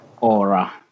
Aura